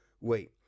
wait